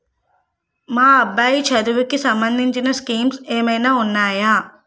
మా అబ్బాయి చదువుకి సంబందించిన స్కీమ్స్ ఏమైనా ఉన్నాయా?